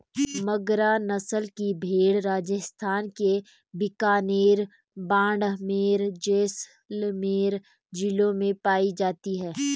मगरा नस्ल की भेंड़ राजस्थान के बीकानेर, बाड़मेर, जैसलमेर जिलों में पाई जाती हैं